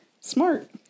Smart